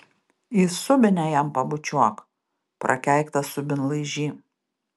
į subinę jam pabučiuok prakeiktas subinlaižy